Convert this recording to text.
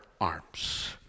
arms